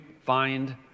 find